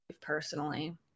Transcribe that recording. personally